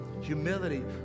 Humility